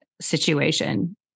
situation